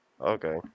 Okay